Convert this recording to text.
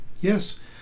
Yes